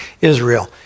Israel